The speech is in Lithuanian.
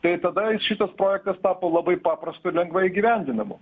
tai tada šitas projektas tapo labai paprastu ir lengvai įgyvendinamu